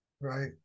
Right